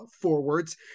forwards